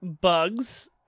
bugs